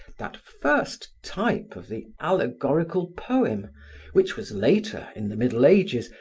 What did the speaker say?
that first type of the allegorical poem which was later, in the middle ages,